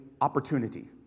opportunity